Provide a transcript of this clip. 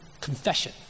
confession